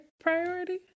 Priority